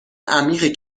عمیقی